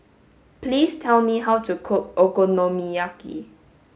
please tell me how to cook Okonomiyaki